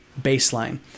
baseline